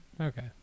Okay